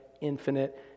infinite